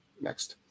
Next